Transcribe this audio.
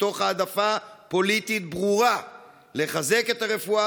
מתוך העדפה פוליטית ברורה לחזק את הרפואה